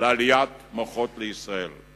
לעליית מוחות לישראל.